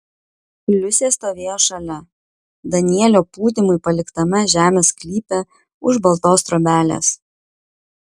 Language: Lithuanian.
liusė stovėjo šalia danielio pūdymui paliktame žemės sklype už baltos trobelės